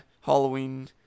Halloween